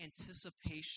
anticipation